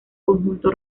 conjunto